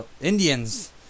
Indians